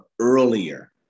earlier